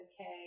okay